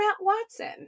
Watson